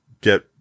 get